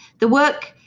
the work,